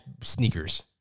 sneakers